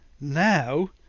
now